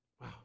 Wow